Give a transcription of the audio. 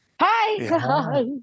Hi